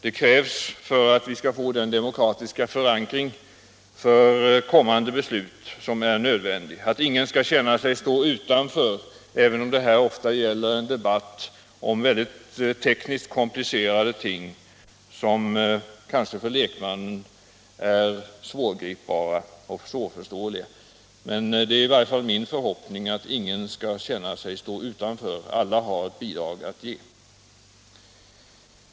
Det krävs för att vi skall få den demokratiska förankring för kommande beslut som är nödvändig. Ingen skall känna sig stå utanför, även om det här ofta gäller en debatt om tekniskt mycket komplicerade ting, som kanske för lekmannen är svårgripbara och svårförståeliga. Det är i varje fall min förhoppning att ingen skall känna sig stå utanför. Alla har ett bidrag att ge.